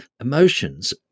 emotions